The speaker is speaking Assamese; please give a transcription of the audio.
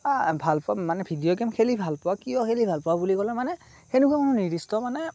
ভালপাঁও মানে ভিডিঅ' গেম খেলি ভালপোৱা কিয় খেলি ভালপোৱা বুলি ক'লে মানে সেনেকুৱা মানে নিৰ্দিষ্ট মানে